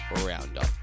roundup